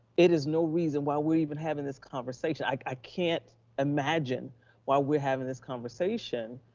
it is no reason why we're even having this conversation. i can't imagine why we're having this conversation,